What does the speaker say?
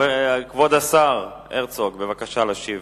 כבוד השר הרצוג, בבקשה להשיב